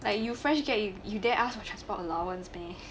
like you fresh grad you dare ask for transport allowance meh